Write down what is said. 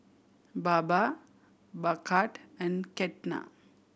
Baba Bhagat and Ketna